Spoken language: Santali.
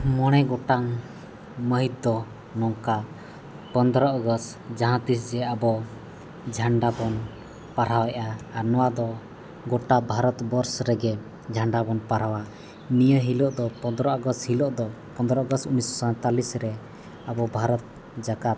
ᱢᱚᱬᱮ ᱜᱚᱴᱟᱝ ᱢᱟᱹᱦᱤᱛ ᱫᱚ ᱱᱚᱝᱠᱟ ᱯᱚᱱᱫᱨᱚ ᱟᱜᱚᱥᱴ ᱡᱟᱦᱟᱛᱤᱥ ᱡᱮ ᱟᱵᱚ ᱡᱷᱟᱱᱰᱟ ᱵᱚᱱ ᱯᱟᱨᱦᱟᱣᱮᱫᱼᱟ ᱟᱨ ᱱᱚᱣᱟᱫᱚ ᱜᱚᱴᱟ ᱵᱷᱟᱨᱚᱛᱵᱚᱨᱥᱚ ᱨᱮᱜᱮ ᱡᱷᱟᱱᱰᱟ ᱵᱚᱱ ᱯᱟᱨᱦᱟᱣᱟ ᱱᱤᱭᱟᱹ ᱦᱤᱞᱚᱜ ᱫᱚ ᱯᱚᱱᱫᱨᱚ ᱟᱜᱚᱥᱴ ᱦᱤᱞᱚᱜ ᱫᱚ ᱯᱚᱱᱫᱨᱚ ᱟᱜᱚᱥᱴ ᱩᱱᱤᱥᱚ ᱥᱟᱭᱛᱟᱞᱤᱥᱨᱮ ᱟᱵᱚ ᱵᱷᱟᱨᱚᱛ ᱡᱟᱠᱟᱛ